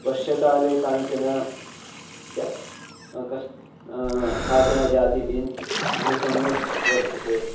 वर्षाकाले कानिचन कश्चन काचन जाति बीन्स् बहु सम्यक् वर्धते